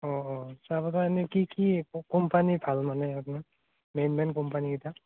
অঁ অঁ চাহপাতৰ এনে কি কি কোম্পানী ভাল মানে আপোনাৰ মেইন মেইন কোম্পানী কেইটা